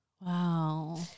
Wow